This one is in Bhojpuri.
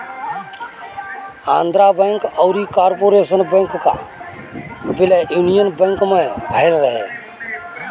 आंध्रा बैंक अउरी कॉर्पोरेशन बैंक कअ विलय यूनियन बैंक में भयल रहे